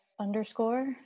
underscore